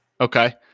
Okay